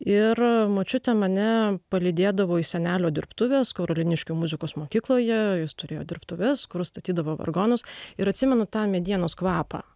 ir močiutė mane palydėdavo į senelio dirbtuves karoliniškių muzikos mokykloje jis turėjo dirbtuves kur statydavo vargonus ir atsimenu tą medienos kvapą